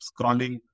scrolling